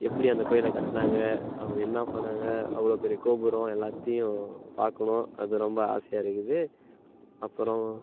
எப்படி அந்த கோவில கட்டுனாங்க அவங்க என்ன பண்ணுணாங்க அவ்வளோ பெரிய கோபுரம் எல்லாத்தையும் பார்க்கணும் அது ரொம்ப ஆசையாக இருக்குது அப்புறம்